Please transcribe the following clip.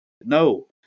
No